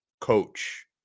coach